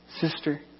Sister